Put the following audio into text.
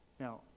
Now